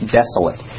desolate